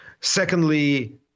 Secondly